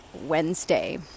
Wednesday